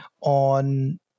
on